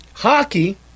hockey